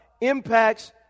impacts